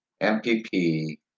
MPP